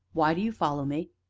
why do you follow me?